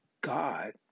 God